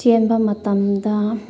ꯆꯦꯟꯕ ꯃꯇꯝꯗ